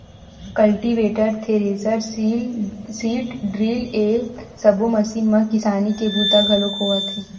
cultivator, thresher, seed drill ए सब्बो machine म किसानी के बूता घलोक होवत हे